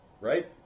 Right